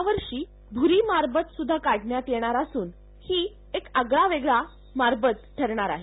यावर्षी भूरी मारबत सुध्दा काढण्यात येणार असून ही एक आगळा वेगळा मारबत ठरणार आहे